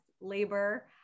labor